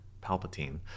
Palpatine